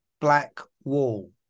Blackwall